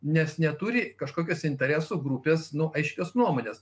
nes neturi kažkokios interesų grupės nu aiškios nuomonės